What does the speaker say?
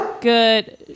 good